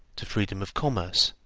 to freedom of commerce,